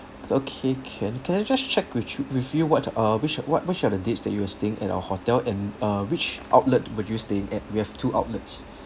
okay can can I just check which you with you what uh which what which are the dates that you were staying at our hotel and uh which outlet were you staying at we have two outlets